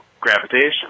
gravitation